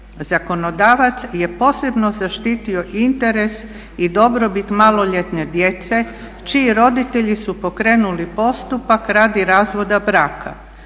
Zakonodavac je posebno zaštitio interes i dobrobit maloljetne djece čiji roditelji su pokrenuli postupak radi razvoda braka.